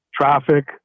traffic